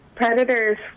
Predators